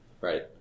Right